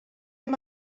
hem